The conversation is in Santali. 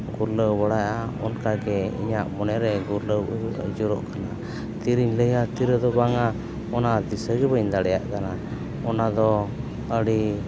ᱜᱩᱨᱞᱟᱹᱣ ᱵᱟᱲᱟᱭᱟ ᱚᱱᱠᱟᱜᱮ ᱤᱧᱟᱹᱜ ᱢᱚᱱᱮ ᱨᱮ ᱜᱩᱨᱞᱟᱹᱣ ᱟᱹᱪᱩᱨᱚᱜ ᱠᱟᱱᱟ ᱛᱤᱨᱤᱧ ᱞᱟᱹᱭᱟ ᱛᱤᱨᱮᱫᱚ ᱵᱟᱝ ᱟ ᱚᱱᱟ ᱫᱤᱥᱟᱹ ᱜᱮ ᱵᱟᱹᱧ ᱫᱟᱲᱮᱭᱟᱜ ᱠᱟᱱᱟ ᱚᱱᱟ ᱫᱚ ᱟᱹᱰᱤ